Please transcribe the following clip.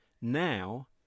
Now